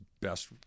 best